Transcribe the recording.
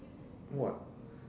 what